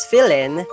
Fill-In